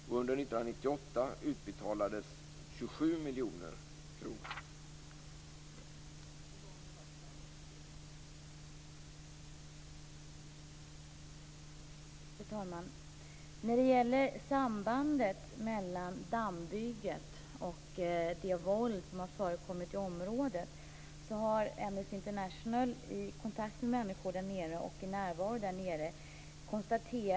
Under 1998 utbetalades 27 miljoner kronor.